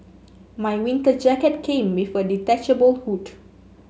my winter jacket came with a detachable hood